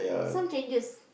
some changes